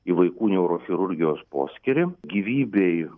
į vaikų neurochirurgijos poskyrį gyvybei